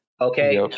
Okay